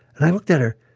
and i looked at her.